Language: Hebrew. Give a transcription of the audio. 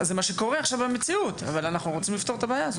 זה מה שקורה עכשיו במציאות אבל אנחנו רוצים לפתור את הבעיה הזאת.